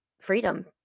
freedom